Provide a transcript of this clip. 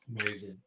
Amazing